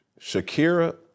Shakira